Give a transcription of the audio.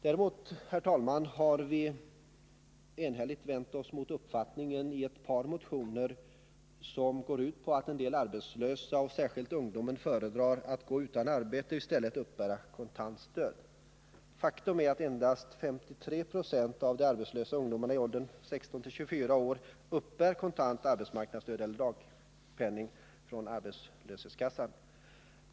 Däremot, herr talman, har vi enhälligt vänt oss mot uppfattningen i ett par motioner att en del arbetslösa, och särskilt ungdomen, föredrar att gå utan arbete och i stället uppbära kontant stöd. Faktum är att endast 53 26 av de arbetslösa ungdomarna i åldern 16-24 år uppbär kontant arbetsmarknadsstöd eller dagpenning från arbetslöshetskassan.